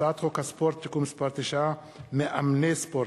הצעת חוק הספורט (תיקון מס' 9) (מאמני ספורט),